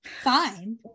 Fine